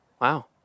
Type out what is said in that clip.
Wow